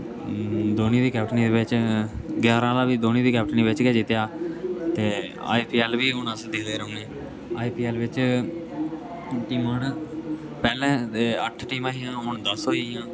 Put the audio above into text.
धोनी दी कैप्टनी बिच ग्याहरा आह्ला बी धोनी दी कैप्टनी बिच गै जित्तेया ते आई पी ऐल बी हून अस दिखदे रौह्नेआई पी ऐल बिच टीमा न पैह्ले अट्ठ टीमा हियां हून दस होई आ